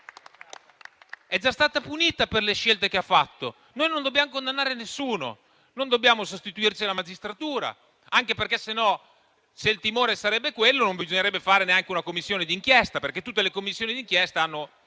È già stata punita per le scelte che ha fatto; noi non dobbiamo condannare nessuno e non dobbiamo sostituirci alla magistratura, anche perché, se il timore fosse quello, non bisognerebbe fare neanche una Commissione d'inchiesta, visto che le Commissioni d'inchiesta hanno